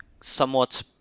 somewhat